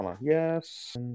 Yes